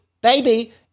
baby